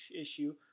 issue